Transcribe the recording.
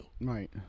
Right